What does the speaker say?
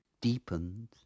deepened